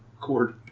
cord